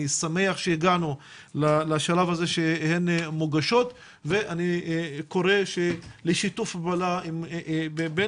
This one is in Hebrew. אני שמח שהגענו לשלב הזה שהן מוגשות ואני קורא לשיתוף פעולה בין